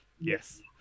yes